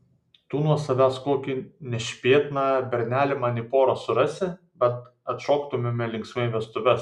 tu nuo savęs kokį nešpėtną bernelį man į porą surasi bent atšoktumėme linksmai vestuves